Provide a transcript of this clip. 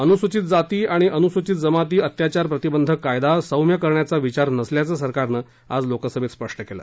अनुसूचित जाती आणि अनुसूचित जमाती अत्याचार प्रतिबंधक कायदा सौम्य करण्याचा विचार नसल्याचं सरकारनं आज लोकसभेत स्पष्ट केलं